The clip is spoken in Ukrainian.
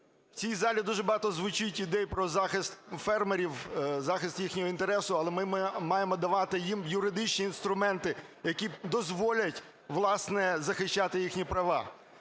В цій залі дуже багато звучить ідей про захист фермерів, захист їхнього інтересу. Але ми маємо давати їм юридичні інструменти, які дозволять, власне, захищати їхні права.